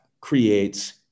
creates